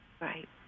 Right